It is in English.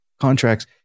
contracts